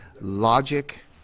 logic